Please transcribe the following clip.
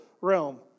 realm